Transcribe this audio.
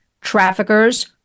traffickers